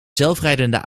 zelfrijdende